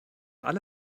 alle